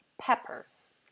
peppers